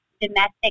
domestic